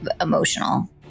emotional